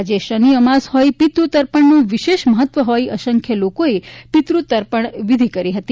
આજે શનિ અમાસ હોવાથી પિતૃ તર્પણનું વિશેષ મહત્વ હોઈ અસંખ્ય લોકોએ પિતૃ તર્પણ વિધિ કરી હતી